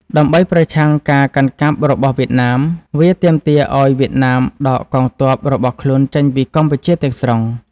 ដើម្បីប្រឆាំងការកាន់កាប់របស់វៀតណាម វាទាមទារឱ្យវៀតណាមដកកងទ័ពរបស់ខ្លួនចេញពីកម្ពុជាទាំងស្រុង ។